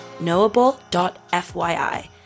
knowable.fyi